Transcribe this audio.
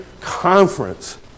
conference